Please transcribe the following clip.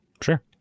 Sure